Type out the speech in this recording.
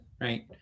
Right